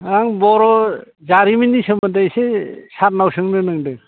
आं बर' जारिमिननि सोमोन्दै एसे सारनाव सोंनो नंदों